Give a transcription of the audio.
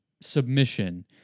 submission